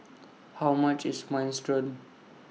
How much IS Minestrone